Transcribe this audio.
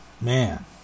man